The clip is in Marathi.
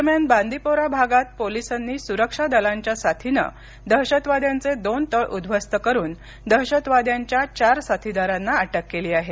दरम्यान बांदिपोरा भागात पोलिसांनी सुरक्षा दलांच्या साथीनं दहशतवाद्यांचे दोन तळ उद्ध्वस्त करुन दहशतवाद्यांच्या चार साथीदारांना अटक केली आहे